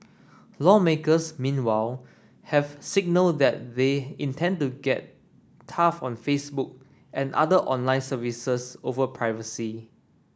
lawmakers meanwhile have signalled that they intend to get tough on Facebook and other online services over privacy